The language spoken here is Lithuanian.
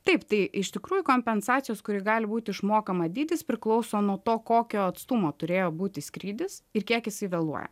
taip tai iš tikrųjų kompensacijos kuri gali būti išmokama dydis priklauso nuo to kokio atstumo turėjo būti skrydis ir kiek jisai vėluoja